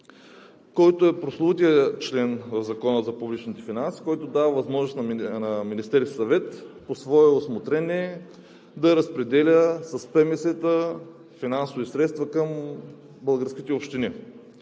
който е прословутият член в Закона за публичните финанси, който дава възможност на Министерския съвет по свое усмотрение да разпределя с ПМС-та финансови средства към българските общини.